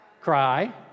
Cry